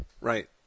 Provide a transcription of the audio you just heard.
right